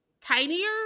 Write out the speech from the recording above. tinier